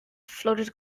floated